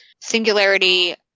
singularity